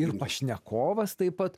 ir pašnekovas taip pat